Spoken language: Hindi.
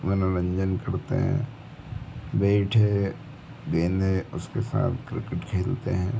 मनोरंजन करते हैं बैट है गेंद है उसके साथ क्रिकेट खेलते हैं